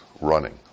running